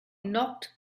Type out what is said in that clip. knocked